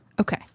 Okay